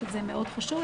שזה מאוד חשוב,